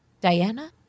Diana